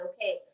okay